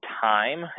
time